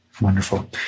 Wonderful